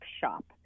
shop